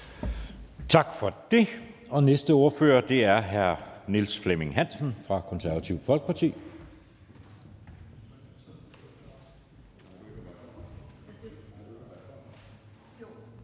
Tak for det. Næste ordfører er hr. Niels Flemming Hansen fra Det Konservative Folkeparti.